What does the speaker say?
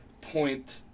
point